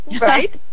right